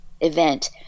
event